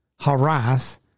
harass